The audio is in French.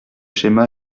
schéma